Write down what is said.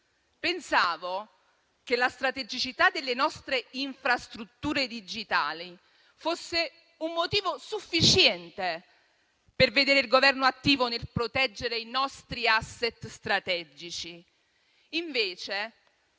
Pensavo che la strategicità delle nostre infrastrutture digitali fosse un motivo sufficiente per vedere il Governo attivo nel proteggere i nostri *asset* strategici.